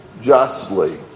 justly